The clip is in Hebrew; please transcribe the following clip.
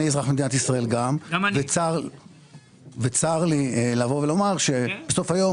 גם אני אזרח מדינת ישראל וצר לי לבוא ולומר שבסוף היום